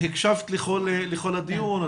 הקשבת לכל הדיון,